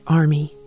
army